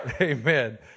Amen